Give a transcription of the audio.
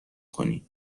کنین